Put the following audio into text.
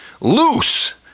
loose